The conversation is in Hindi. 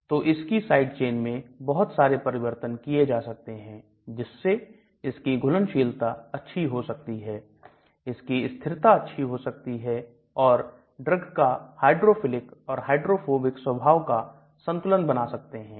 तू इसकी साइड चेन में बहुत सारे परिवर्तन किए जा सकते हैं जिससे इसकी घुलनशीलता अच्छी हो सकती है इसकी स्थिरता अच्छी हो सकती है और ड्रग का हाइड्रोफिलिक और हाइड्रोफोबिक स्वभाव का संतुलन बना सकते हैं